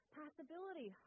possibility